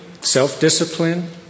self-discipline